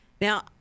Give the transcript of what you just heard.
Now